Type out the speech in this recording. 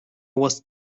was